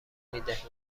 میدهیم